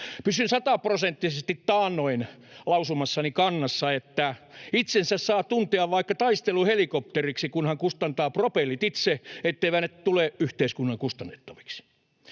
Pysyn sataprosenttisesti taannoin lausumassani kannassa, että itsensä saa tuntea vaikka taisteluhelikopteriksi, kunhan kustantaa propellit itse, etteivät ne tule yhteiskunnan kustannettaviksi.